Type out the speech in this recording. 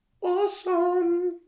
awesome